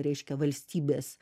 reiškia valstybės